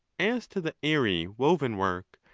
as to the airy woven work,